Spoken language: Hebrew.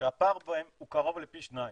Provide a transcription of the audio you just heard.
שהפער בהם הוא קרוב לפי שניים.